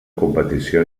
competició